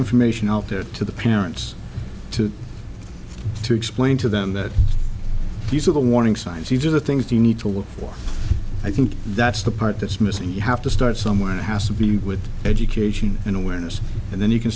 information out there to the parents to to explain to them that these are the warning signs you do the things you need to work for i think that's the part that's missing you have to start somewhere has to be with education and awareness and then you can